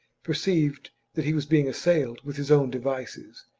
perceived that he was being assailed with his own devices.